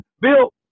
Bill